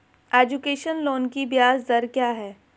Education loan की ब्याज दर क्या है?